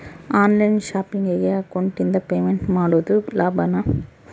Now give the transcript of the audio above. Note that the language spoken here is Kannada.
ಆನ್ ಲೈನ್ ಶಾಪಿಂಗಿಗೆ ಅಕೌಂಟಿಂದ ಪೇಮೆಂಟ್ ಮಾಡೋದು ಲಾಭಾನ?